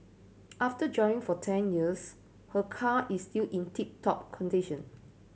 after driving for ten years her car is still in tip top condition